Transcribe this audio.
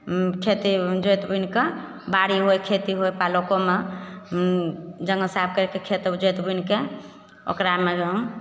खेती जोति बुनिकऽ बाड़ी होइ खेती होइ पालकोमे जेना साग करिके खेत जोति बुनिके ओकरामे जे हम